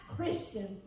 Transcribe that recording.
Christian